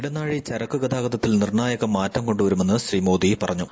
ഇടനാഴി ചരക്കു ഗതാഗതത്തിൽ നിർണായക മാറ്റം കൊണ്ടുവരുമെന്ന് ശ്രീ മോദി പറഞ്ഞു